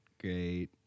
great